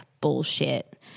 bullshit